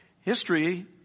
history